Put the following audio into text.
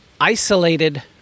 isolated